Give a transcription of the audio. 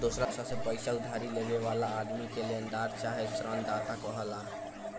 दोसरा से पईसा उधारी लेवे वाला आदमी के लेनदार चाहे ऋणदाता कहाला